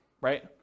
right